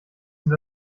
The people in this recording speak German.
sind